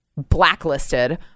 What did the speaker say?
blacklisted